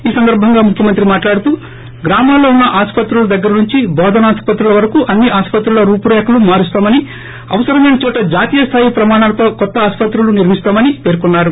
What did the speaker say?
ఈ సంద్రంగా ముఖ్యమంత్రి మాట్లాడుతూ గ్రామాల్లో ఉన్న ఆస్పత్రుల దగ్గర నుంచి బోధనాసుపత్రుల వరకు అన్ని ఆస్పత్రుల రూపురేఖలు మారుస్తామని అవసరమైన చోట జాతీయ స్లాయి ప్రమాణాలతో కొత్త ఆస్సత్రులు నిర్మిస్తామని పేర్కొన్నారు